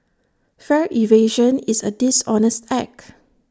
fare evasion is A dishonest act